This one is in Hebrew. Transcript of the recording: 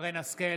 שרן השכל,